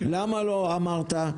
למה לא אמרת: